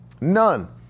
None